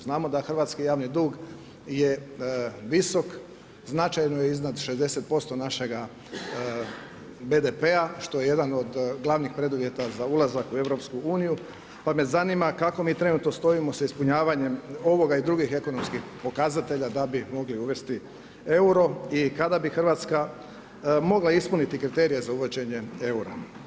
Znamo da hrvatski javni dug je visok, značajno je iznad 60% našega BDP-a što je jedan od glavnih preduvjeta za ulazak u EU, pa zanima kako mi trenutno stojimo sa ispunjavanjem ovoga i drugih ekonomskih pokazatelja da bi mogli da bi mogli uvesti euro i kada bi Hrvatska mogla ispuniti kriterije za uvođenje eura?